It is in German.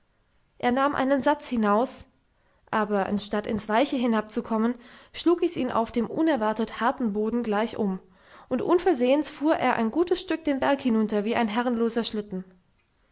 er nahm einen satz hinaus aber anstatt ins weiche hinab zu kommen schlug es ihn auf dem unerwartet harten boden gleich um und unversehens fuhr er ein gutes stück den berg hinunter wie ein herrenloser schlitten